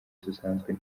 dusanzwe